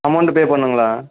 amount pay பண்ணணுங்களா